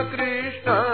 Krishna